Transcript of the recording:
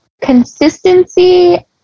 consistency